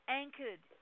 anchored